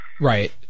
Right